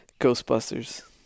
Ghostbusters